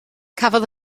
cafodd